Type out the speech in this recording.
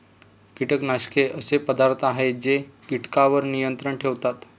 कीटकनाशके असे पदार्थ आहेत जे कीटकांवर नियंत्रण ठेवतात